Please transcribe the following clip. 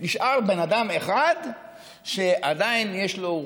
נשאר בן אדם אחד שעדיין יש לו,